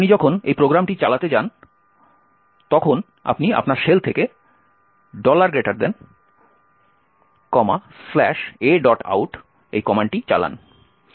আপনি যখন এই প্রোগ্রামটি চালাতে চান তখন আপনি আপনার শেল থেকে aout কমান্ডটি চালান